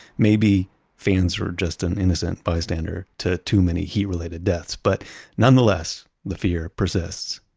maybe fans were just an innocent bystander to too many heat-related deaths, but nonetheless the fear persists.